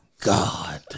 god